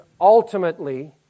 ultimately